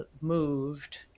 moved